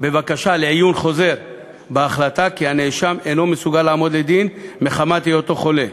בבקשה לעיון חוזר בהחלטה שהנאשם אינו מסוגל לעמוד לדין מחמת היותו חולה.